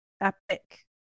epic